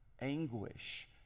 anguish